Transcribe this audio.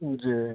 जी